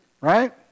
Right